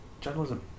journalism